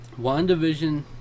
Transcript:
WandaVision